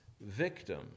victim